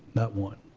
not one.